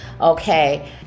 okay